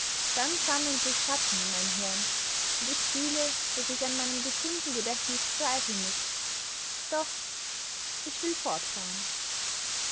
dann sammeln sich schatten um mein hirn und ich fühle daß ich an meinem gesunden gedächtnis zweifeln muß doch ich will fortfahren